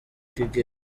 kigega